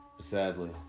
Sadly